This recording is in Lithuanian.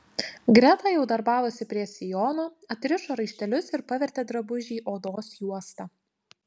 greta jau darbavosi prie sijono atrišo raištelius ir pavertė drabužį odos juosta